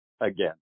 again